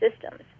systems